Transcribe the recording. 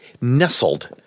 nestled